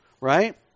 right